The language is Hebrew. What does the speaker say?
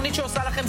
מס' 142) (דיון בהחלטות ועדות משנה),